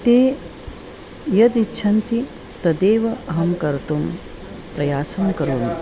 ते यदिच्छन्ति तदेव अहं कर्तुं प्रयासं करोमि